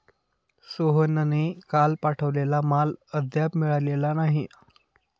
सोहनने काल पाठवलेला माल अद्याप मिळालेला नाही